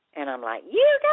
and i'm like, you